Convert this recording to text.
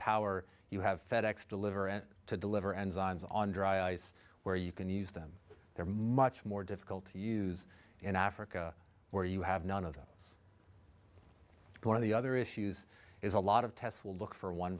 power you have fed ex deliver it to deliver enzymes on dry ice where you can use them they're much more difficult to use in africa where you have none of them one of the other issues is a lot of tests will look for one